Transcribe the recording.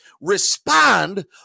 Respond